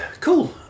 cool